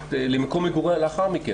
נוסעת למקום מגוריה לאחר מכן,